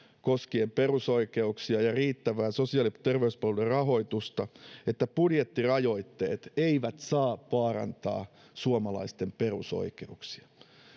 koskien perusoikeuksia ja riittävää sosiaali ja terveyspalvelujen rahoitusta että budjettirajoitteet eivät saa vaarantaa suomalaisten perusoikeuksia